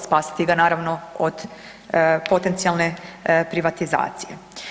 Spasiti ga, naravno, od potencijalne privatizacije.